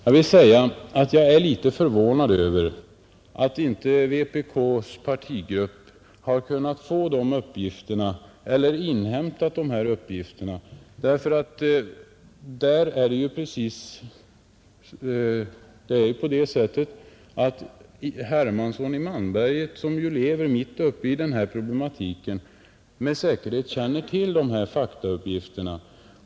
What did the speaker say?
Jag vill säga att jag är litet förvånad över att inte vpk:s partigrupp har kunnat inhämta dessa uppgifter. Det är ju på det sättet att herr Hermansson i Malmberget, som lever mitt uppe i den här problematiken, med säkerhet känner till de här faktauppgifterna.